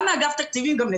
מאגף תקציבים וגם מהאוצר.